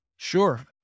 Sure